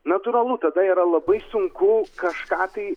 natūralu tada yra labai sunku kažką tai